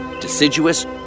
deciduous